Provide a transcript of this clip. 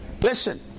Listen